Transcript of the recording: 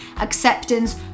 acceptance